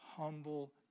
humble